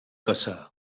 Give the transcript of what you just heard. caçar